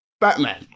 Batman